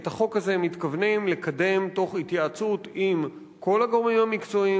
את החוק הזה מתכוונים לקדם תוך התייעצות עם כל הגורמים המקצועיים,